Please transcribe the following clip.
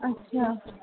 अच्छा